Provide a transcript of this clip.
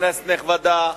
כנסת נכבדה,